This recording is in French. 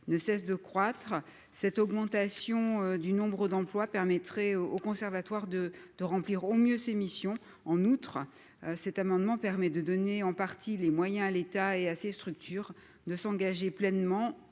Ne cesse de croître. Cette augmentation du nombre d'emplois permettrait au conservatoire de de remplir au mieux ses missions en outre cet amendement permet de donner en partie les moyens à l'État et à ses structures de s'engager pleinement